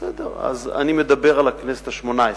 בסדר, אז אני מדבר על הכנסת השמונה-עשרה.